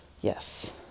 yes